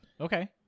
Okay